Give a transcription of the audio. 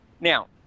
Now